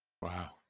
Wow